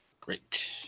Great